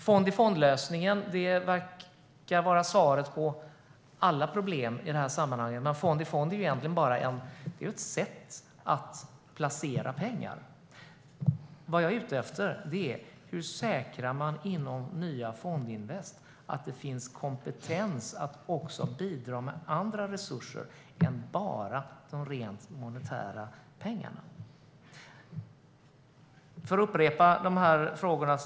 Fond-i-fond verkar vara lösningen på alla problem i detta sammanhang. Men fond-i-fond är egentligen bara ett sätt att placera pengar. Vad jag är ute efter är hur man inom nya Fondinvest säkrar att det finns kompetens att bidra med andra resurser än bara de rent monetära, det vill säga pengarna.